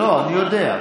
לא, אני יודע.